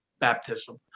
baptism